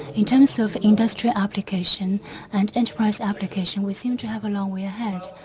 in terms of industrial application and enterprise application we seem to have a long way ahead.